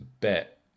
bet